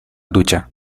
ducha